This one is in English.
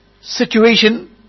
situation